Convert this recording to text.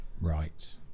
Right